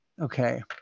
okay